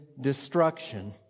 destruction